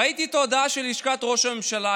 ראיתי את ההודעה של לשכת ראש הממשלה.